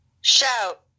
Shout